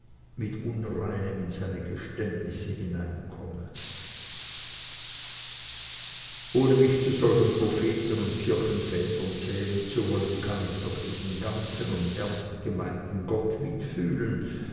mit unreinem in seine geständnisse hineinkomme ohne mich zu solchen propheten und kirchenvätern zählen zu wollen kann ich doch diesen ganzen und ernstgemeinten gott mitfühlen